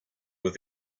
with